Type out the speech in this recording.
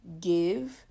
give